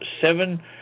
Seven